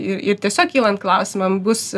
ir ir tiesiog kylant klausimam bus